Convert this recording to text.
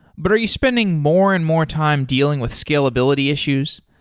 but are you spending more and more time dealing with scalability issues?